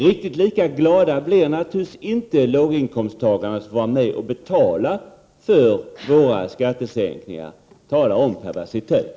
Riktigt lika glada blir naturligtvis inte de låginkomsttagare som får vara med och betala för våra skattesänkningar. Tala om perversitet!